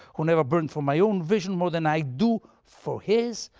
who never burned from my own vision more than i do for his.